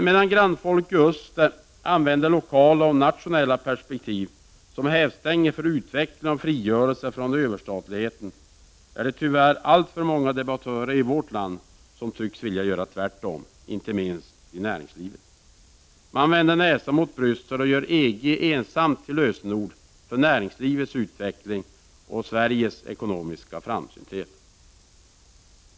Medan grannfolk i öst använder lokala och nationella perspektiv som hävstänger för utveckling och frigörelse för överstatligheten, är det tyvärr alltför många debattörer i vårt land som tycks vilja göra tvärtom, inte minst i näringslivet. Man vänder näsan mot Bryssel och gör EG ensamt till lösenord för näringslivets utveckling och Sveriges ekonomiska framsynthet.